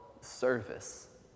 service